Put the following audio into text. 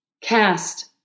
cast